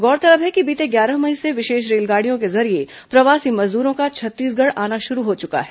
गौरतलब है कि बीते ग्यारह मई से विशेष रेलगाड़ियों के जरिये प्रवासी मजदूरों का छत्तीसगढ़ आना शुरू हो चुका है